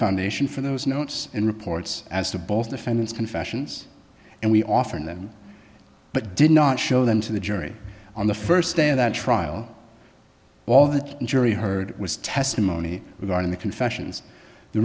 foundation for those notes and reports as to both defendants confessions and we offered them but did not show them to the jury on the first day of that trial all the jury heard was testimony regarding the confessions the